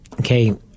okay